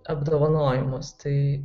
apdovanojimus tai